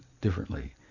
differently